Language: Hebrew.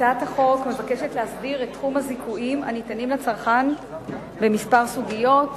הצעת החוק מבקשת להסדיר את תחום הזיכויים הניתנים לצרכן במספר סוגיות,